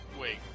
wait